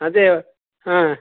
ಅದೇ ಹಾಂ